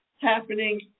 happening